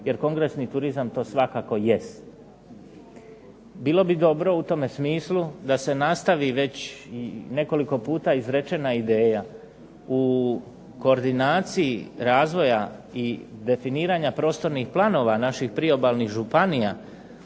jer kongresni turizam to svakako jest. Bilo bi dobro u tome smislu da se nastavi već nekoliko puta izrečena ideja, u koordinaciji razvoja i definiranja prostornih planova naših priobalnih županija,